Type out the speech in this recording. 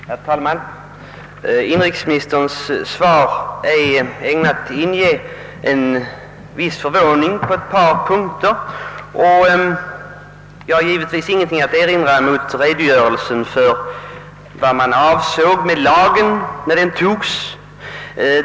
Herr talman! Inrikesministerns svar är ägnat att inge viss förvåning på ett par punkter. Jag har givetvis ingenting att erinra mot redogörelsen för vad som avsågs med lagen när den antogs.